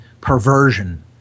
perversion